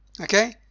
Okay